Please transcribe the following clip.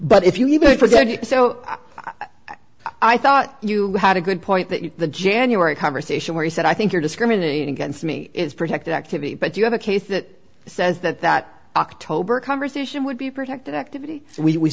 but if you leave it for that so i thought you had a good point that the january conversation where he said i think you're discriminate against me it's protected activity but you have a case that says that that october conversation would be protected activity